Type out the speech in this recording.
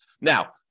Now